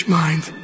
mind